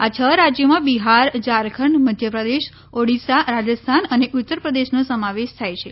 આ છ રાજયોમાં બિહાર ઝારખંડ મધ્યપ્રદેશ ઓડિશા રાજસ્થાન અને ઉત્તરપ્રદેશનો સમાવેશ થાય છે